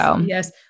Yes